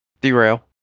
Derail